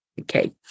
okay